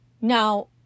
Now